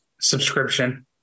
subscription